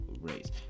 race